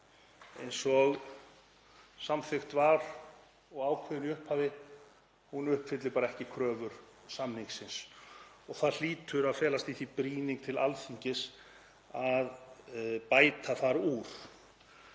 hún var samþykkt og ákveðin í upphafi uppfylli ekki kröfur samningsins. Það hlýtur að felast í því brýning til Alþingis að bæta þar úr.